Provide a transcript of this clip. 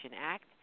Act